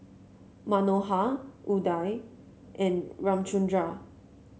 Manohar Udai and Ramchundra